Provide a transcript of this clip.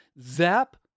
zap